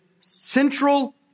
central